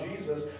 Jesus